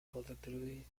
collectively